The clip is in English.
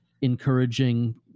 encouraging